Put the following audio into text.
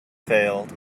failed